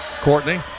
Courtney